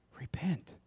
Repent